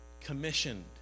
commissioned